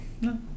No